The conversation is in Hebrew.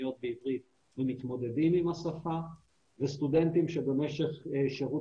לתוכניות בעברית ומתמודדים עם השפה וסטודנטים שבמשך שירות